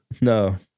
No